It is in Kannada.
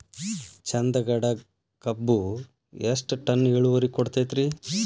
ಚಂದಗಡ ಕಬ್ಬು ಎಷ್ಟ ಟನ್ ಇಳುವರಿ ಕೊಡತೇತ್ರಿ?